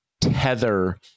tether